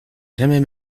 jamais